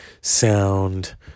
Sound